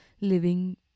living